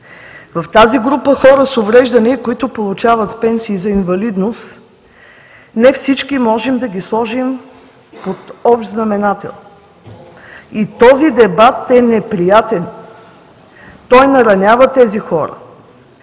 В тази група хора с увреждания, които получават пенсии за инвалидност, не всички можем да ги сложим под общ знаменател. И този дебат е неприятен. Той наранява тези хора.